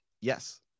yes